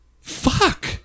fuck